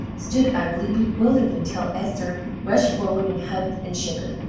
stood utterly bewildered until esther rushed forward and hugged and shook her.